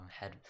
Head